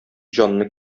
җанны